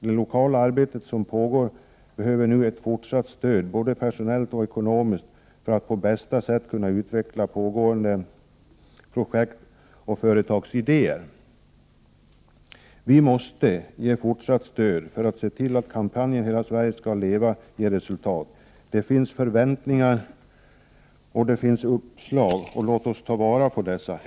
Det lokala arbetet som pågår behöver nu ett fortsatt stöd, både personellt och ekonomiskt, för att på bästa sätt kunna utveckla pågående projekt och företagsidéer. Vi måste alltså från alla håll ge fortsatt stöd för att se till att kampanjen ”Hela Sverige ska leva” ger resultat. Det finns förväntningar och det finns uppslag. Låt oss ta vara på dessa.